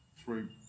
three